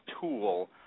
tool